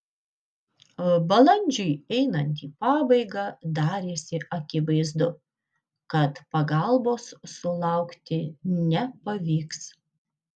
balandžiui einant į pabaigą darėsi akivaizdu kad pagalbos sulaukti nepavyks